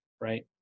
right